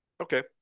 Okay